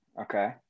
Okay